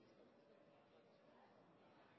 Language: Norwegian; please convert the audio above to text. skal ikke si